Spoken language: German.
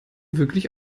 wirklich